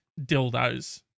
dildos